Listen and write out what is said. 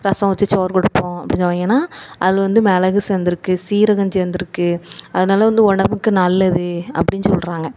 ரசம் வச்சு சோறு கொடுப்போம் அப்படி தான் ஏன்னால் அதில் வந்து மிளகு சேர்ந்திருக்கு சீரகம் சேர்ந்திருக்கு அதனால வந்து உடம்புக்கு நல்லது அப்படின் சொல்கிறாங்க